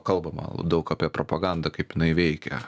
kalbama daug apie propagandą kaip jinai veikia